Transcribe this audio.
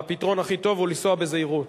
והפתרון הכי טוב הוא לנסוע בזהירות,